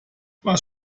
was